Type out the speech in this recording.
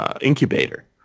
incubator